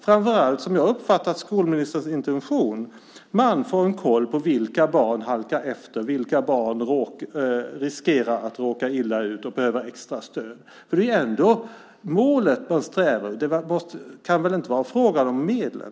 Framför allt får man, som jag har uppfattat skolministerns intention, en koll på vilka barn som halkar efter och vilka barn som riskerar att råka illa ut och behöver extra stöd. Det är ändå målet man strävar efter. Det kan väl inte bara vara fråga om medlen?